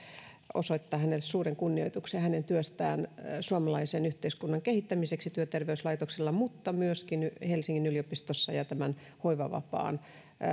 osoittaa hänelle suuren kunnioituksen hänen työstään suomalaisen yhteiskunnan kehittämiseksi työterveyslaitoksella mutta myöskin helsingin yliopistossa ja hoivavapaan